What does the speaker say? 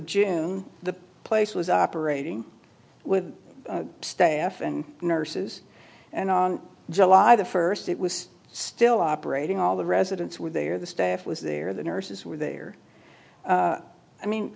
june the place was operating with staff and nurses and on july the first it was still operating all the residents were there the staff was there the nurses were there i mean